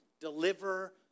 Deliver